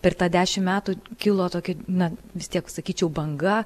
per tą dešim metų kilo tokia na vis tiek sakyčiau banga